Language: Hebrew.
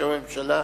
בשם הממשלה?